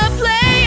play